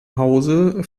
hause